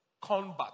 combat